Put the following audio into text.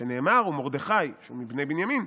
שנאמר: 'ומרדכי'" שהוא מבני בנימין,